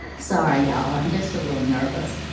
sorry, y'all, i'm just a little nervous.